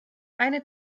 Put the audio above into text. eine